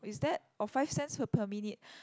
is that or five cents per per minute